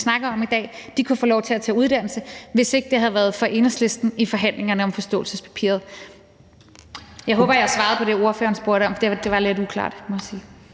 snakker om i dag – kunne få lov til at tage uddannelse, hvis ikke det havde været for Enhedslisten i forhandlingerne om forståelsespapiret. Jeg håber, jeg har svaret på det, ordføreren spurgte om, for det var lidt uklart, må jeg sige.